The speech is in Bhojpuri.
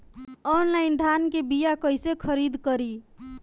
आनलाइन धान के बीया कइसे खरीद करी?